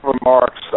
remarks